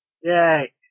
Yay